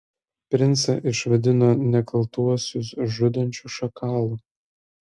princą išvadino nekaltuosius žudančiu šakalu